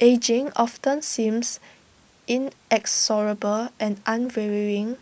ageing often seems inexorable and unvarying